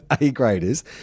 A-graders